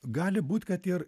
gali būt kad ir